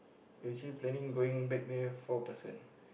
we actually planning going back there four person